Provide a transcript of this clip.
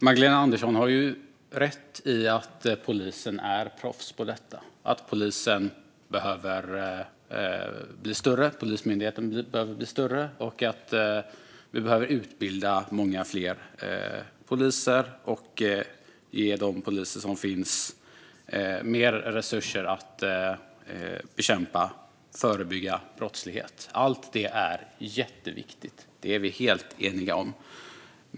Magdalena Andersson har rätt i att polisen är proffs på detta, att Polismyndigheten behöver bli större och att det behöver utbildas många fler poliser. De poliser som finns behöver också mer resurser för att bekämpa och förebygga brottslighet. Allt det är jätteviktigt. Det är vi helt eniga om.